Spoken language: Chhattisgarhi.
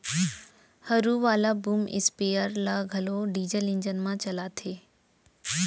हरू वाला बूम स्पेयर ल घलौ डीजल इंजन म चलाथें